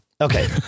Okay